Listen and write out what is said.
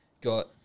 got